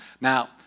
Now